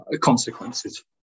consequences